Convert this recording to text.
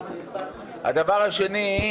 הדבר השני,